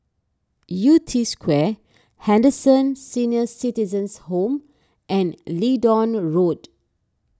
Yew Tee Square Henderson Senior Citizens' Home and Leedon Road